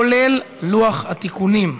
כולל לוח התיקונים.